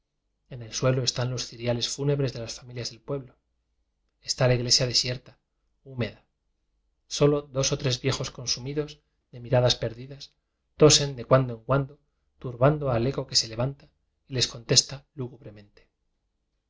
en el suelo están os ciriales fúnebres de las familias del pue blo está la iglesia desierta húmeda solo dos o tres viejos consumidos de miradas perdidas tosen de cuando en cuando tur bando al eco que se levanta y ies contesta